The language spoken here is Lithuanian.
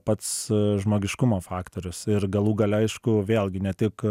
pats žmogiškumo faktorius ir galų gale aišku vėlgi ne tik